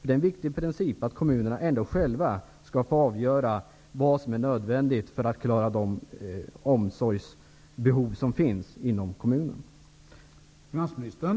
Det är en viktig princip att kommunerna själva skall få avgöra vad som är nödvändigt för att klara de omsorgsbehov som finns inom kommunen.